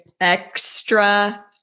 Extra